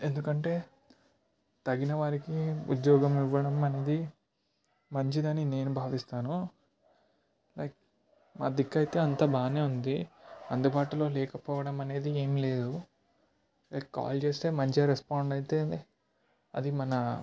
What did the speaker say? ఎందుకంటే తగిన వారికి ఉద్యోగం ఇవ్వడం అనేది మంచిదని నేను భావిస్తాను లైక్ మా దిక్కైతే అంతా బాగానే ఉంది అందుబాటులో లేకపోవడం అనేది ఏమీ లేదు లైక్ కాల్ చేస్తే మంచిగా రెస్పాండ్ అయితే అది మన